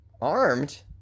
Armed